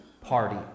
party